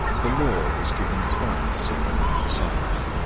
the law was given twice upon mount sinai,